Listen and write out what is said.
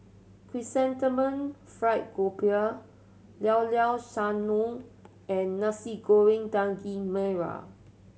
Chrysanthemum Fried Grouper Llao Llao Sanum and Nasi Goreng Daging Merah